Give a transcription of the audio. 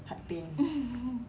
heart pain